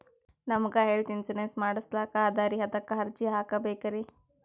ನಮಗ health insurance ಮಾಡಸ್ಲಾಕ ಅದರಿ ಅದಕ್ಕ ಅರ್ಜಿ ಹಾಕಬಕೇನ್ರಿ?